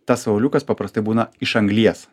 tas auliukas paprastai būna iš anglies